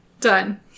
Done